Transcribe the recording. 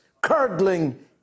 curdling